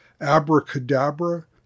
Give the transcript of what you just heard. Abracadabra